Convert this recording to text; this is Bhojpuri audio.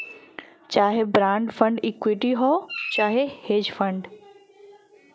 चाहे बान्ड फ़ंड इक्विटी हौ चाहे हेज फ़ंड